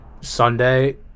Sunday